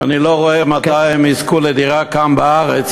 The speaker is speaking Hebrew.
שאני לא רואה מתי הם יזכו לדירה כאן בארץ,